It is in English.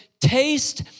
taste